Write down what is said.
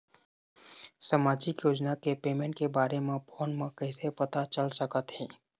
सामाजिक योजना के पेमेंट के बारे म फ़ोन म कइसे पता चल सकत हे?